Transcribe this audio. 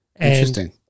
Interesting